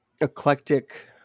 eclectic